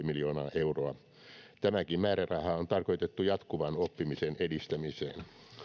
miljoonaa euroa tämäkin määräraha on tarkoitettu jatkuvan oppimisen edistämiseen